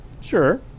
Sure